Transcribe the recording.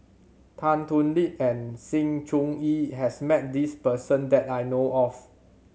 Tan Thoon Lip and Sng Choon Yee has met this person that I know of